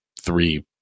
three